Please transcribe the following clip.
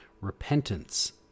Repentance